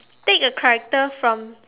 take a character from